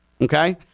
Okay